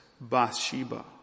Bathsheba